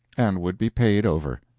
and would be paid over.